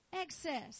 Excess